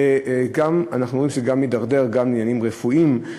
ואנחנו גם רואים שזה מידרדר לעניינים רפואיים,